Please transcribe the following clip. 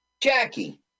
jackie